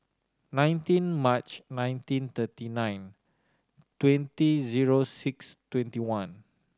nineteen March nineteen thirty nine twenty zero six twenty one